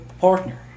partner